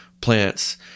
plants